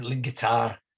guitar